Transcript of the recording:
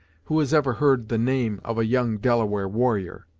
who has ever heard the name of a young delaware warrior?